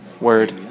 Word